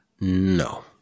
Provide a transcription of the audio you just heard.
No